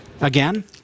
again